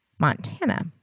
Montana